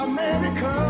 America